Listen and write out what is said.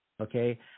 Okay